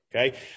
Okay